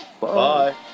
Bye